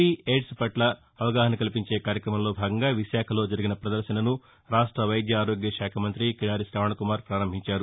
వి AIDS పట్ల అవగాహన కల్పించే కార్యక్రమంలో భాగంగా విశాఖలో జరిగిన ప్రదర్భనను రాష్ట వైద్య ఆరోగ్య శాఖ మంతి కిడారి శావణ్ కుమార్ పారంభించారు